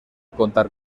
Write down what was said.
contar